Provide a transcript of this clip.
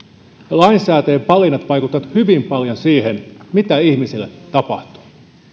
lainsäätäjien valinnat vaikuttavat hyvin paljon siihen mitä ihmisille tapahtuu